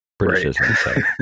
Britishism